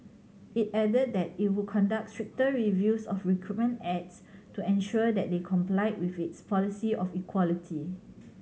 it added that it would conduct stricter reviews of recruitment ads to ensure they complied with its policy of equality